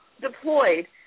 Deployed